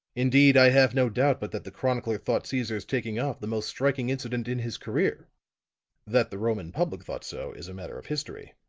indeed, i have no doubt but that the chronicler thought caesar's taking off the most striking incident in his career that the roman public thought so is a matter of history.